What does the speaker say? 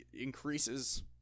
increases